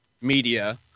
media